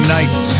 Nights